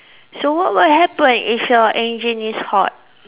so what will happen if your engine is hot